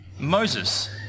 Moses